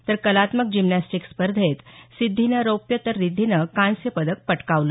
तर कलात्मक जिम्नॅस्टिक स्पर्धेत सिद्धीनं रौप्य तर रिध्दीनं कांस्य पदक पटकावलं